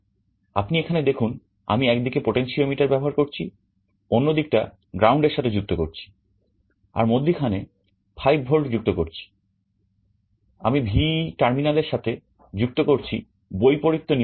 আপনি এখানে দেখুন আমি একদিকে পোটেনশিওমিটার ব্যবহার করছি অন্যদিক টা গ্রাউন্ড এর সাথে যুক্ত করছি আর মধ্যিখানে 5 volt যুক্ত করছি আমি VEE টার্মিনাল এর সাথে যুক্ত করছি বৈপরীত্য নিয়ন্ত্রণের জন্য